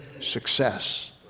success